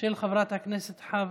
של חברת הכנסת חוה